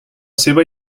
seva